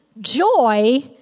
joy